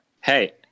Hey